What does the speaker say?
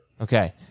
Okay